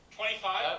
Twenty-five